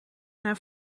naar